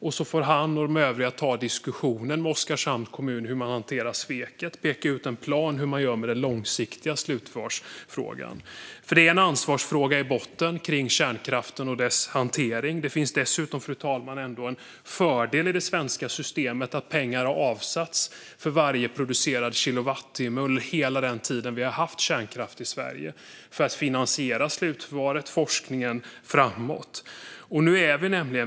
Därefter får han och de övriga ta diskussionen med Oskarshamns kommun om hur man hanterar sveket och peka ut en plan för hur man ska göra med den långsiktiga slutförvarsfrågan. Detta är i botten en ansvarsfråga gällande kärnkraften och hanteringen av den. Det finns dessutom, fru talman, en fördel i det svenska systemet i och med att pengar har avsatts för varje producerad kilowattimme under hela den tid vi har haft kärnkraft i Sverige för att finansiera slutförvaret och forskningen framöver.